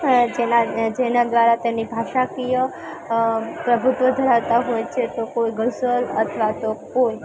જેના જેના દ્વારા તેની ભાષાકીય પ્રભુત્વ ધરાવતા હોય છે તો કોઈ ગઝલ અથવા તો કોઈ